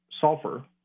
sulfur